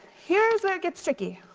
here's where it gets tricky.